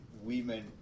women